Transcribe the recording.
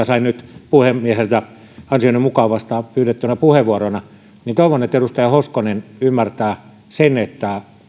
sain tämän nyt puhemieheltä ansioni mukaan vasta pyydettynä puheenvuorona toivon että edustaja hoskonen ymmärtää sen että